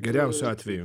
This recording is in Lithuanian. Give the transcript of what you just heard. geriausiu atveju